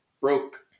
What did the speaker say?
broke